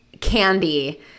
candy